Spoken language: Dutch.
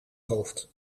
hoofd